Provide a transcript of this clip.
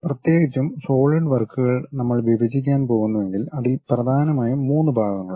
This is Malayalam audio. പ്രത്യേകിച്ചും സോളിഡ് വർക്കുകൾ നമ്മൾ വിഭജിക്കാൻ പോകുന്നുവെങ്കിൽ അതിൽ പ്രധാനമായും 3 ഭാഗങ്ങളുണ്ട്